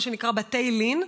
מה שנקרא בתי לין,